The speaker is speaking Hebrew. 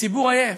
הציבור עייף.